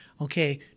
okay